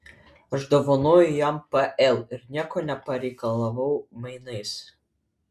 aš dovanojau jam pl ir nieko nepareikalavau mainais